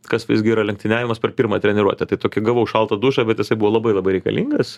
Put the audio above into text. kas visgi yra lenktyniavimas per pirmą treniruotę tai tokį gavau šaltą dušą bet jisai buvo labai labai reikalingas